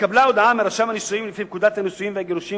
התקבלה הודעה מרשם הנישואים לפי פקודת הנישואים והגירושים